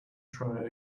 try